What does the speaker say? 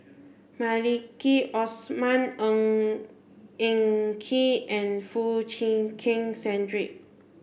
Maliki Osman Ng Eng Kee and Foo Chee Keng Cedric